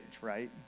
right